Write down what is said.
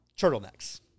turtlenecks